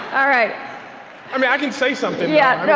all right um yeah i can say something yeah but i